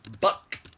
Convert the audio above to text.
Buck